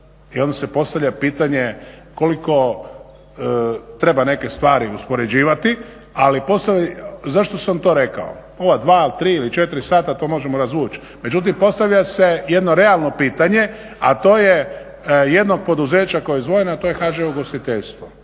i onda se postavlja pitanje koliko treba neke stvari uspoređivati ali zašto sam to rekao? Ova dva, tri ili četiri sata to možemo razvući, međutim postavlja se jedno realno pitanje, a to je jednog poduzeća koje je izdvojeno a to je HŽ ugostiteljstvo.